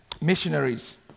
missionaries